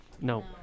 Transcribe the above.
No